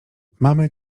mamy